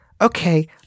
okay